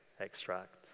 extract